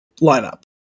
Line-up